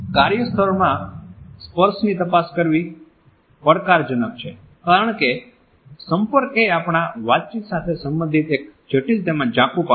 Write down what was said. કાર્યસ્થળમાં સ્પર્શની તપાસ કરવી પડકારજનક છે કારણ કે સંપર્ક એ આપણા વાતચીત સાથે સંબંધિત એક જટિલ તેમજ ઝાંખુ પાસું છે